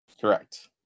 correct